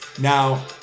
Now